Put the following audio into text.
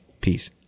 Peace